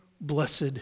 blessed